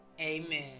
Amen